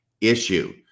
Issue